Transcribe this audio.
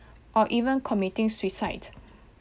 or even committing suicide